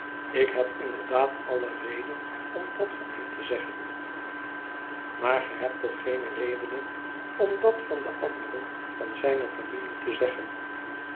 ik heb inderdaad alle reden om dat van hem te zeggen maar ge hebt toch geene redenen om dat van de anderen van zijne familie te zeggen